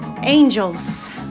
angels